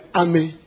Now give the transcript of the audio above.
army